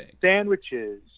sandwiches